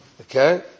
Okay